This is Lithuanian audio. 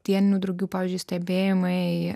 dieninių drugių pavyzdžiui stebėjimai